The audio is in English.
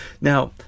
now